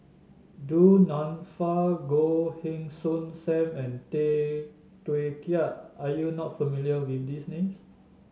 Du Nanfa Goh Heng Soon Sam and Tay Teow Kiat are you not familiar with these names